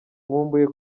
nkumbuye